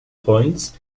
points